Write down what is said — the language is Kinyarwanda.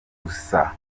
gusaba